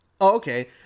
okay